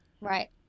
right